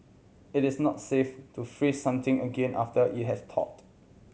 it is not safe to freeze something again after it has thawed